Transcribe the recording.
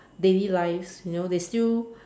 daily lives you know they still